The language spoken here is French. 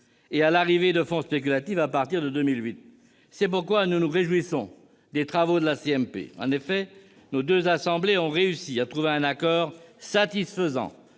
et de l'arrivée de fonds spéculatifs à partir de 2008. C'est pourquoi nous nous réjouissons des travaux de la commission mixte paritaire. Nos deux assemblées ont réussi à trouver un accord satisfaisant